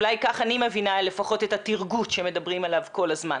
אולי כך אני מבינה לפחות את הטרגוט שמדברים עליו כל הזמן.